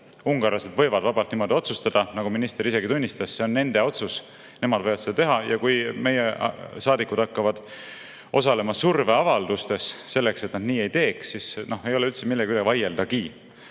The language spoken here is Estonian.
Ungarlased võivad vabalt nii otsustada, nagu minister isegi tunnistas, see on nende otsus, nemad võivad seda teha. Ja kui meie saadikud hakkavad osalema surveavaldustes selleks, et nad nii ei teeks, siis ei ole üldse millegi üle vaieldagi.